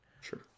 sure